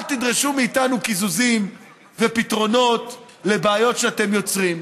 אל תדרשו מאיתנו קיזוזים ופתרונות לבעיות שאתם יוצרים.